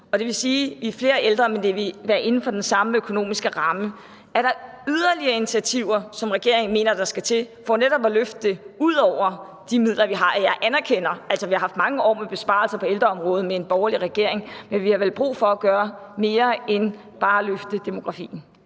det vil sige, at vi bliver flere ældre, men det vil være inden for den samme økonomiske ramme. Er der yderligere initiativer, som regeringen mener der skal til, for netop at løfte det ud over de midler, vi har? Jeg anerkender, at vi altså har haft mange år med besparelser på ældreområdet med en borgerlig regering, men vi har vel brug for at gøre mere end bare at løfte demografien.